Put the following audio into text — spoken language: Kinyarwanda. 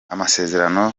amasezerano